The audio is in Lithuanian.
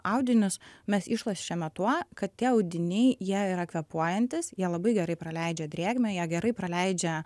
audinius mes išlošiame tuo kad tie audiniai jie yra kvėpuojantys jie labai gerai praleidžia drėgmę jie gerai praleidžia